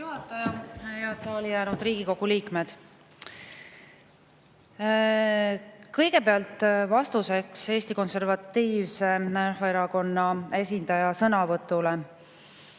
Head saali jäänud Riigikogu liikmed! Kõigepealt vastuseks Eesti Konservatiivse Rahvaerakonna esindaja sõnavõtule,